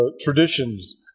traditions